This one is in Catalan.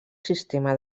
sistema